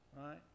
right